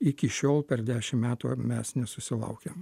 iki šiol per dešim metų mes nesusilaukėme